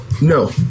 No